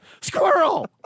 Squirrel